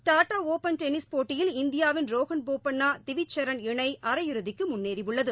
Tata open tennis போட்டியில் இந்தியாவின் ரோஹன் போப்பண்ணா டிவிச் சரண் இணை அரையிறுதிக்கு முன்னேறி உள்ளது